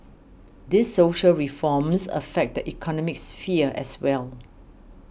these social reforms affect the economic sphere as well